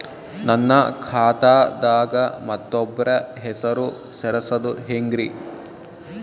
ನನ್ನ ಖಾತಾ ದಾಗ ಮತ್ತೋಬ್ರ ಹೆಸರು ಸೆರಸದು ಹೆಂಗ್ರಿ?